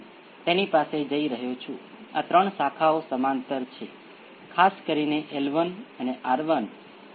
હવે natural response માટે જમણી બાજુને 0 સાથે બદલવામાં આવે છે